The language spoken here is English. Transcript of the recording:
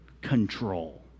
control